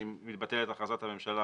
שאם מתבטלת הכרזת הממשלה